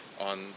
on